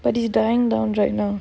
but he is dying down right now